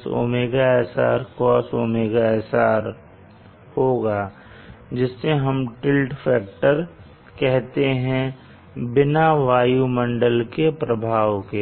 Sinωsr ωsrcos ωsr होगा जिसे हम टिल्ट फैक्टर कहते हैं बिना वायुमंडल के प्रभाव के